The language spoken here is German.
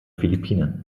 philippinen